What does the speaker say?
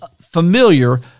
familiar